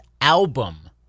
album